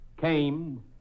came